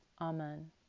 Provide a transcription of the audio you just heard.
Amen